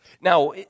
Now